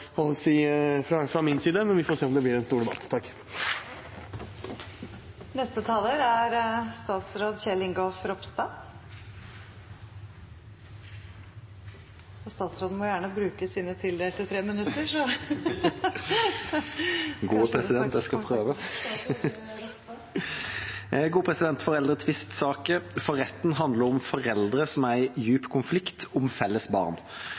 si fra min side, men vi får se om det blir en stor debatt. Neste taler er statsråd Kjell Ingolf Ropstad. Statsråden må gjerne bruke sine tildelte 3 minutter. Jeg skal prøve. Foreldretvistsaker for retten handler om foreldre som er i dyp konflikt om felles barn.